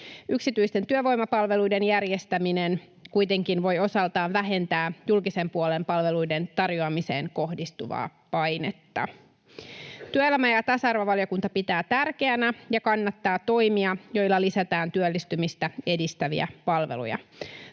Yksityisten työvoimapalveluiden järjestäminen kuitenkin voi osaltaan vähentää julkisen puolen palveluiden tarjoamiseen kohdistuvaa painetta. Työelämä- ja tasa-arvovaliokunta pitää tärkeinä ja kannattaa toimia, joilla lisätään työllistymistä edistäviä palveluja.